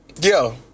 yo